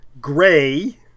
gray